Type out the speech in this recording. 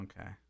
okay